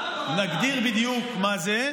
נגדיר בדיוק מה זה.